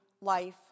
life